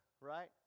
right